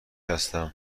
هستم